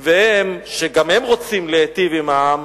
והם, שגם הם רוצים להיטיב עם העם,